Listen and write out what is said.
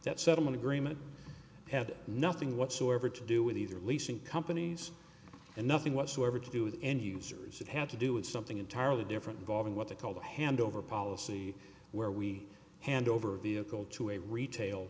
that settlement agreement had nothing whatsoever to do with either leasing companies and nothing whatsoever to do with end users it had to do with something entirely different involving what they called a handover policy where we hand over vehicle to a retail